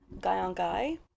guy-on-guy